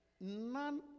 none